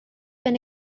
been